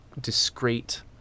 discrete